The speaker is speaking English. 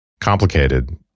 complicated